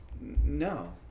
No